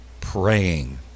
praying